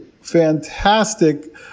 fantastic